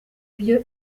byo